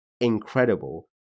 incredible